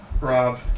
Rob